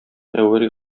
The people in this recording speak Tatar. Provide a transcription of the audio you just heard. әүвәлге